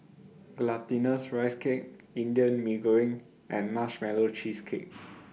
Glutinous Rice Cake Indian Mee Goreng and Marshmallow Cheesecake